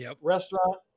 restaurant